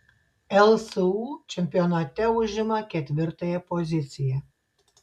lsu čempionate užima ketvirtąją poziciją